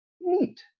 neat